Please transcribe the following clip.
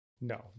No